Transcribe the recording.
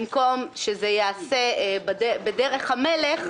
במקום שזה ייעשה בדרך המלך,